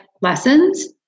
lessons